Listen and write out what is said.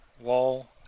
Wall